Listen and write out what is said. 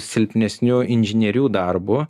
silpnesniu inžinierių darbu